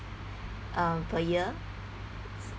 um per year